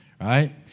Right